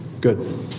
Good